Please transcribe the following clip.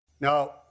Now